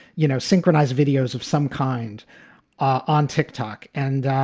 you know, synchronized videos of some kind on tick tock. and,